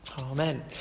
Amen